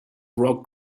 rock